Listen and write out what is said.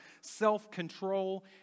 self-control